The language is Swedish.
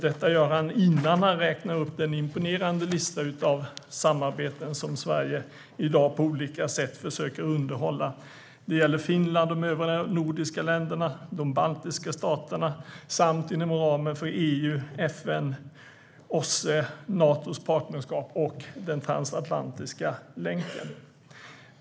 Detta gör han innan han räknar upp den imponerande lista av samarbeten som Sverige i dag försöker underhålla på olika sätt. Det gäller Finland, de övriga nordiska länderna, de baltiska staterna samt - inom ramen för EU - FN, OSSE, Natos partnerskap och den transatlantiska länken.